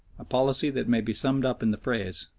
a policy that may be summed up in the phrase,